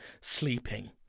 sleeping